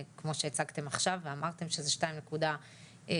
כמו שהצגתם עכשיו ואמרתם שזה 2.5,